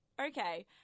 okay